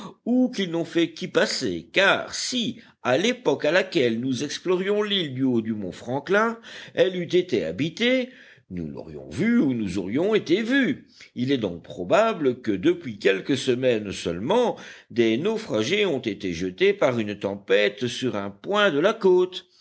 ou qu'ils n'ont fait qu'y passer car si à l'époque à laquelle nous explorions l'île du haut du mont franklin elle eût été habitée nous l'aurions vu ou nous aurions été vus il est donc probable que depuis quelques semaines seulement des naufragés ont été jetés par une tempête sur un point de la côte